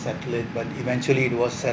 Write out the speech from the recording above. circulate but eventually it was uh